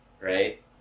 Right